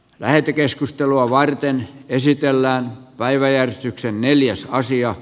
lähetekeskustelua varten esitellään päiväjärjestyksen neljäs sija